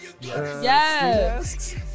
Yes